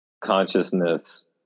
consciousness